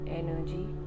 energy